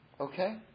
Okay